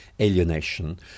alienation